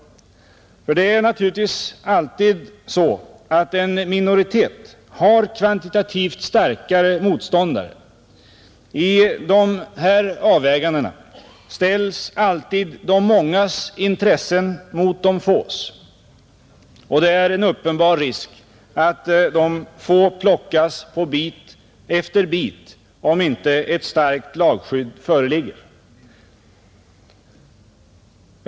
Ty det är naturligtvis alltid så att en minoritet har kvantitativt starkare motstånda te. I de här avvägandena ställs alltid de mångas intressen mot de fås, och det är en uppenbar risk att dessa få plockas på bit efter bit om inte ett starkt lagskydd föreligger.